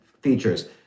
features